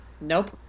Nope